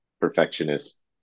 perfectionist